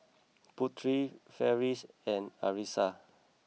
Putri Farish and Arissa